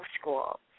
school